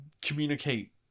communicate